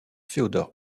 féodor